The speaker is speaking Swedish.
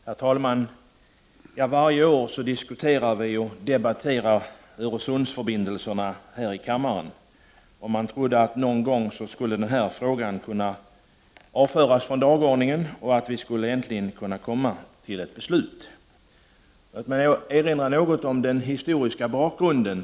Herr talman! Varje år debatterar vi här i kammaren Öresundsförbindelserna. Man hade trott att vi någon gång skulle kunna komma till ett beslut, så att vi skulle kunna avföra frågan från dagordningen. Låt mig erinra något om den historiska bakgrunden.